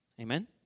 amen